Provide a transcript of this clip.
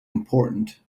important